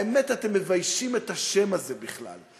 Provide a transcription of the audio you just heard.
האמת, אתם מביישים את השם הזה בכלל.